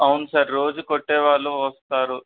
అవును సార్ రోజు కొట్టేవాళ్ళు వస్తారు